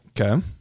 Okay